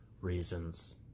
reasons